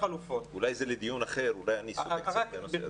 אולי זה לדיון אחר, אולי אני סוטה קצת מהנושא.